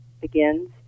begins